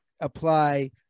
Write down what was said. apply